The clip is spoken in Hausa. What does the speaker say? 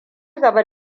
gaba